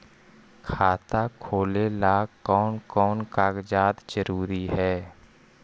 खाता खोलें ला कोन कोन कागजात जरूरी है?